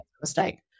mistake